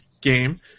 game